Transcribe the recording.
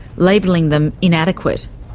labelling them inadequate.